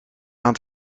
aan